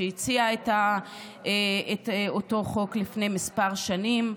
שהציעה את אותו חוק לפני כמה שנים,